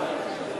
באיצטדיון ספורט),